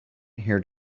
here